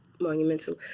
monumental